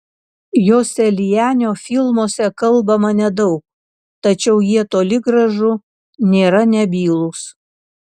joselianio filmuose kalbama nedaug tačiau jie toli gražu nėra nebylūs